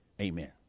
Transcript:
amen